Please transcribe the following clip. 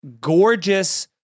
gorgeous